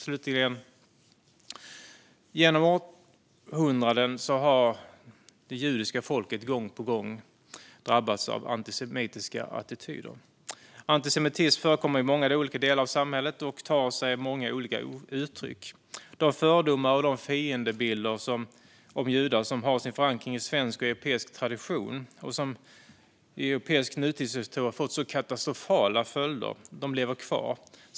Slutligen: Genom århundraden har det judiska folket gång på gång drabbats av antisemitiska attityder. Antisemitism förekommer i många olika delar av samhället och tar sig många olika uttryck. De fördomar om och fiendebilder av judar som har sin förankring i svensk och europeisk tradition och som i europeisk nutidshistoria har fått så katastrofala följder lever kvar.